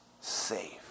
safe